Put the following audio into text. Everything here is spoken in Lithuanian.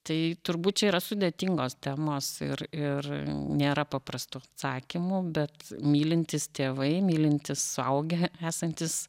tai turbūt čia yra sudėtingos temos ir ir nėra paprastų atsakymų bet mylintys tėvai mylintys suaugę esantys